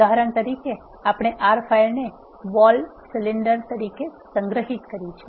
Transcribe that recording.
ઉદાહરણ તરીકે આપણે R ફાઇલને vol cylinder તરીકે સંગ્રહિત કરી છે